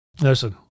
listen